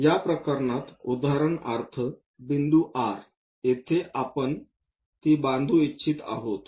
या प्रकरणात उदाहरणार्थ बिंदू R येथे आपण बांधू इच्छित आहोत